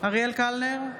אריאל קלנר,